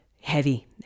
heavy